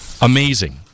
amazing